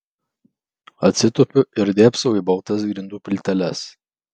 atsitupiu ir dėbsau į baltas grindų plyteles